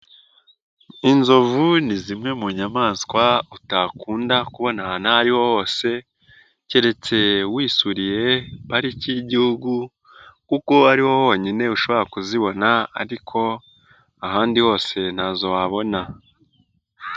Inzovu ni zimwe mu nyamaswa utakunda kubona ahantu aho ari ho hose keretse wisuriye pariki y'Igihugu kuko ari ho honyine ushobora kuzibona ariko ahandi hose ntazo wabona.